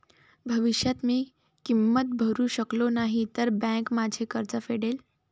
भविष्यात मी किंमत भरू शकलो नाही तर बँक माझे कर्ज फेडेल